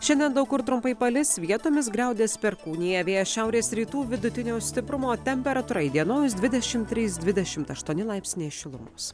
šiandien daug kur trumpai palis vietomis griaudės perkūnija vėjas šiaurės rytų vidutinio stiprumo temperatūra įdienojus dvidešimt trys dvidešimt aštuoni laipsniai šilumos